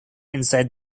inside